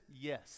yes